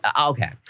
Okay